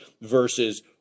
versus